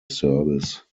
service